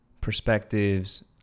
perspectives